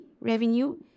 revenue